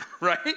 right